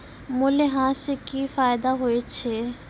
मूल्यह्रास से कि फायदा होय छै?